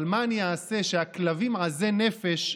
אבל מה אעשה שהכלבים עזי נפש,